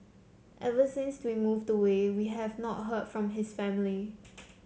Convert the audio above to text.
ever since to we moved away we have not heard from his family